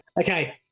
okay